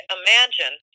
imagine